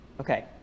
Okay